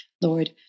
Lord